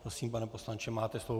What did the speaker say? Prosím, pane poslanče, máte slovo.